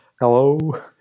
Hello